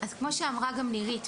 אז כמו שאמרה גם נירית,